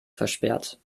versperrt